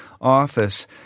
office